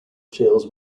shales